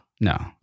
No